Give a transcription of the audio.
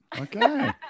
Okay